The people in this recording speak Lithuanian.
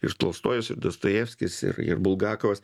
ir tolstojus ir dostojevskis ir ir bulgakovas